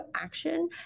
action